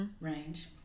range